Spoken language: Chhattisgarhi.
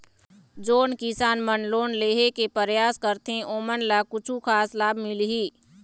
जोन किसान मन लोन लेहे के परयास करथें ओमन ला कछु खास लाभ मिलही?